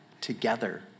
together